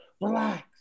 Relax